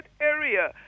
area